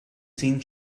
seen